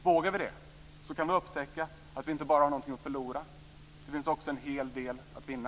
Vågar vi det, kan vi upptäcka att vi inte bara har någonting att förlora. Det finns också en hel del att vinna.